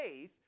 faith